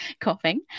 coughing